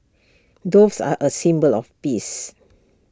doves are A symbol of peace